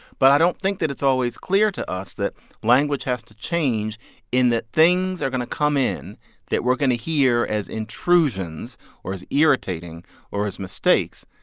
but i don't think that it's always clear to us that language has to change in that things are going to come in that we're going to hear as intrusions or as irritating or as mistakes,